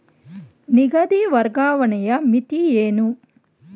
ನಿಧಿ ವರ್ಗಾವಣೆಯ ಮಿತಿ ಏನು?